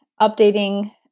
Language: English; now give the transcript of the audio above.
updating